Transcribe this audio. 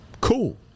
cool